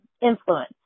influence